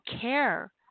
care